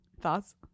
Thoughts